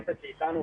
שאתנו.